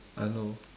I know